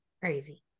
crazy